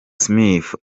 smith